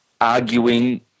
arguing